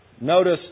notice